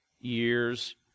years